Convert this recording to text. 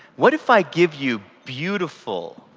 what if i give you beautiful,